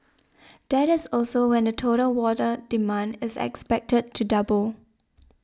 that is also when the total water demand is expected to double